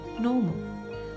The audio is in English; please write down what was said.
normal